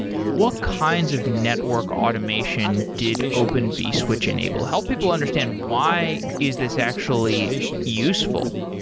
what kinds of network automation did open vswitch enable? help people understand why is this actually useful?